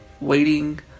Waiting